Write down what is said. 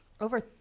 over